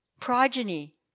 Progeny